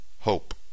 hope